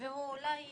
והוא אולי